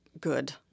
good